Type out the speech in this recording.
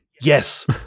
Yes